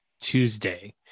tuesday